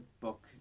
book